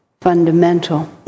fundamental